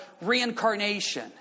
reincarnation